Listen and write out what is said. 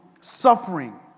suffering